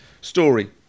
Story